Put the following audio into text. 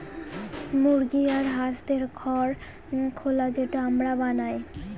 মুরগি আর হাঁসদের ঘর খোলা যেটা আমরা বানায়